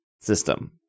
system